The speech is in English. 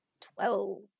Twelve